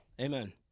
Amen